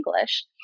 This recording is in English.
English